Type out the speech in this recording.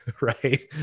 Right